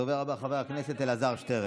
הדובר הבא הוא חבר הכנסת אלעזר שטרן.